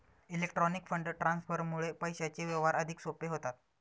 electronic fund ट्रान्सफरमुळे पैशांचे व्यवहार अधिक सोपे होतात